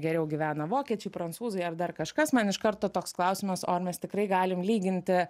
geriau gyvena vokiečiai prancūzai ar dar kažkas man iš karto toks klausimas o ar mes tikrai galim lyginti